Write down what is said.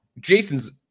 Jason's